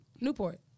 Newport